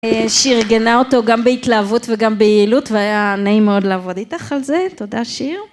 שיר הגנה אותו גם בהתלהבות וגם ביעילות והיה נעים מאוד לעבוד איתך על זה, תודה שיר.